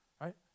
right